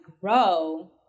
grow